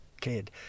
kid